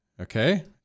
Okay